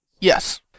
Yes